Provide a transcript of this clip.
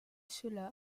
cela